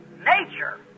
nature